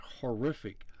horrific